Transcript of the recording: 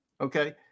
okay